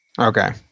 Okay